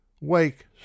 Wake